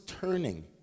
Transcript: turning